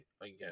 again